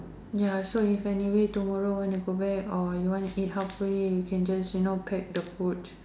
ya so if anyway tomorrow want to go back or you want to eat halfway you can just you know pack the food